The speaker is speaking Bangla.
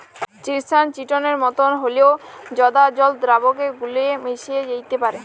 চিটসান চিটনের মতন হঁল্যেও জঁদা জল দ্রাবকে গুল্যে মেশ্যে যাত্যে পারে